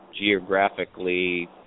geographically